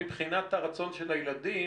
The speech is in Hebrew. מבחינת הרצון של הילדים,